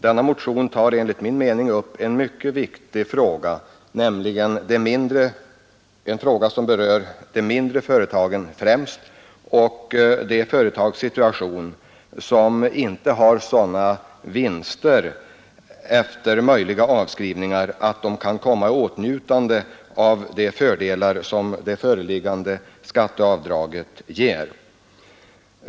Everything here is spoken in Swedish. Denna motion tar enligt min mening upp en mycket viktig fråga som främst gäller situationen för de mindre företagen och de företag som inte har sådana vinster efter möjliga avskrivningar att de kan komma i åtnjutande av de fördelar som det föreslagna skatteavdraget ger.